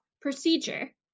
procedure